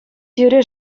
тӳре